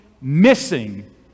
missing